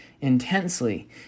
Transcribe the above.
intensely